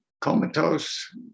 comatose